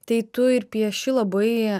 tai tu ir pieši labai